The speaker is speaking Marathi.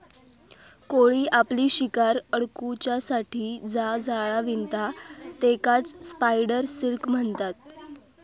कोळी आपली शिकार अडकुच्यासाठी जा जाळा विणता तेकाच स्पायडर सिल्क म्हणतत